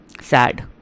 sad